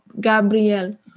Gabriel